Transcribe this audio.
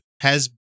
has-